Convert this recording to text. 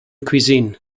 cuisine